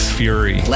fury